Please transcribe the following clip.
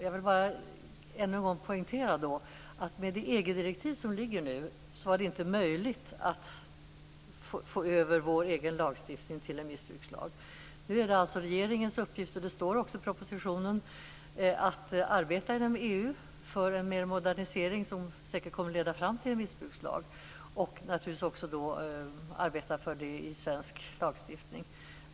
Jag vill bara ännu en gång poängtera att med det EG-direktiv som föreligger är det inte möjligt att få över vår egen lagstiftning till en missbrukslag. Nu är det alltså regeringens uppgift, och det står också i propositionen, att arbeta inom EU för en modernisering som säkert kommer att leda fram till en missbrukslag. Man skall naturligtvis också arbeta för det i svensk lagstiftning.